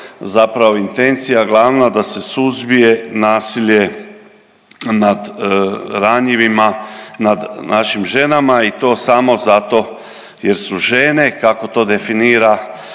zapravo intencija glavna da se suzbije nasilje nad ranjivima, nad našim ženama i to samo zato jer su žene kako to definira